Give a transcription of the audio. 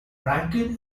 rankin